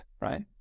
right